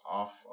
off